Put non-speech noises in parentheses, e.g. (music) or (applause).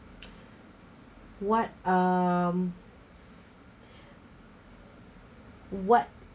(noise) what um (breath) what